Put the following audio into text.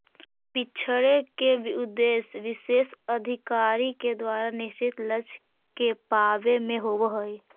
बिछड़े के उद्देश्य विशेष अधिकारी के द्वारा निश्चित लक्ष्य के पावे में होवऽ हई